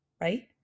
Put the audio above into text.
right